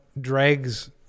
drags